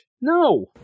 No